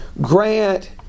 grant